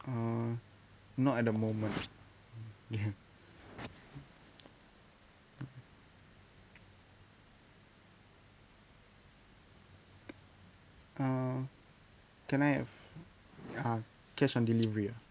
uh not at the moment mm mm uh can I have err cash on delivery ah